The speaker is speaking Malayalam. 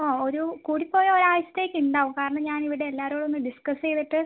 ആ ഒരു കൂടി പോയാൽ ഒരാഴ്ചത്തേക്ക് ഉണ്ടാകും കാരണം ഞാനിവിടെ എല്ലാവരോടും ഒന്ന് ഡിസ്കസ് ചെയ്തിട്ട്